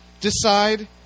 decide